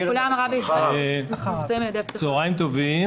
צוהריים טובים.